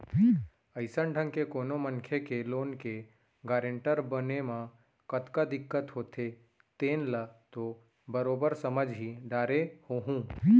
अइसन ढंग ले कोनो मनखे के लोन के गारेंटर बने म कतका दिक्कत होथे तेन ल तो बरोबर समझ ही डारे होहूँ